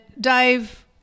Dave